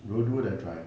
dua-dua sudah try